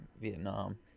Vietnam